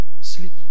Sleep